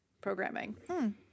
programming